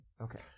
Okay